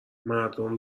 مردم